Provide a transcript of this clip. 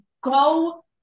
go